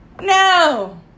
No